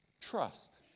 Trust